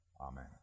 Amen